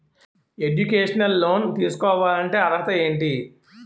Educational loan తీసుకోవాలంటే అర్హత ఏంటి?